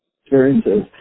experiences